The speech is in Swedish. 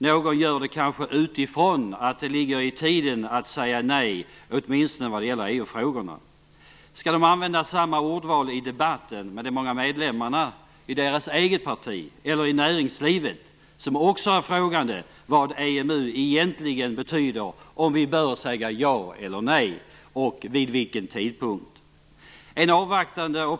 Någon gör det kanske utifrån att det ligger i tiden att säga nej - åtminstone vad gäller EU Skall de använda samma ordval i debatten med de många medlemmar i deras egna partier eller med de inom näringslivet som är frågande om vad EMU egentligen betyder, om huruvida vi bör säga ja eller nej och om vilken tidpunkt vi bör göra det vid?